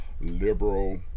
liberal